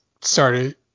started